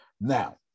now